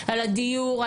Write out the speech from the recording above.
על הדיור,